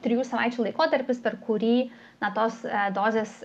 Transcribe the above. trijų savaičių laikotarpis per kurį na tos dozės